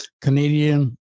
Canadian